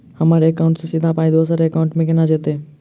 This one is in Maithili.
हम्मर एकाउन्ट सँ सीधा पाई दोसर एकाउंट मे केना जेतय?